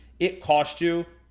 it cost you